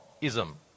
ism